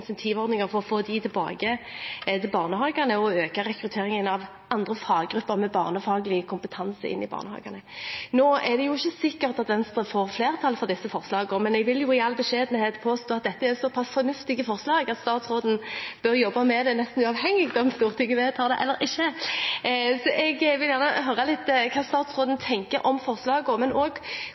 incentivordninger for å få dem tilbake til barnehagene og øke rekrutteringen av andre faggrupper med barnefaglig kompetanse inn i barnehagene. Nå er det ikke sikkert at Venstre får flertall for disse forslagene, men jeg vil i all beskjedenhet påstå at dette er såpass fornuftige forslag at statsråden bør jobbe med det nesten uavhengig av om Stortinget vedtar det eller ikke. Så jeg vil gjerne høre hva statsråden tenker om